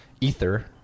Ether